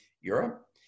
Europe